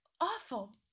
awful